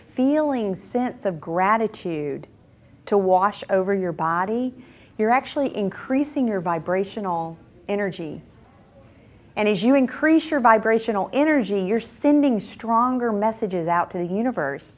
feeling sense of gratitude to wash over your body you're actually increasing your vibrational energy and as you increase your vibrational energy you're sending stronger messages out to the universe